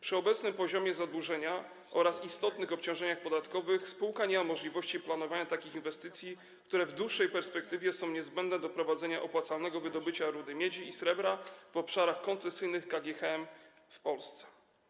Przy obecnym poziomie zadłużenia oraz istotnych obciążeniach podatkowych spółka nie ma możliwości planowania takich inwestycji, które w dłuższej perspektywie są niezbędne do prowadzenia opłacalnego wydobycia rudy miedzi i srebra na obszarach koncesyjnych KGHM w Polsce.